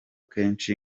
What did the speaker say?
kenshi